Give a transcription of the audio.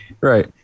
right